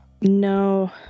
No